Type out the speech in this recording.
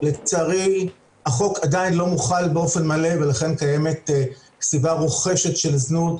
לצערי החוק עדיין לא מוחל באופן מלא ולכן קיימת סביבה רוכשת של זנות,